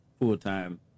full-time